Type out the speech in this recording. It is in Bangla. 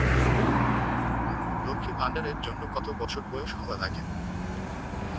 লক্ষী ভান্ডার এর জন্যে কতো বছর বয়স হওয়া লাগে?